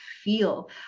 feel